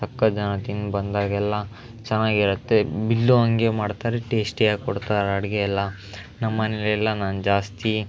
ಸಕತ್ತು ಜನ ತಿಂದು ಬಂದಾಗೆಲ್ಲ ಚೆನ್ನಾಗಿರುತ್ತೆ ಬಿಲ್ಲು ಹಂಗೇ ಮಾಡ್ತಾರೆ ಟೇಸ್ಟಿಯಾಗಿ ಕೊಡ್ತಾರೆ ಅಡಿಗೆ ಎಲ್ಲ ನಮ್ಮ ಮನೆಯಲೆಲ್ಲ ನಾನು ಜಾಸ್ತಿ